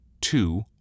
two